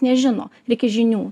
nežino reikia žinių